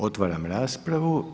Otvaram raspravu.